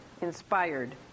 inspired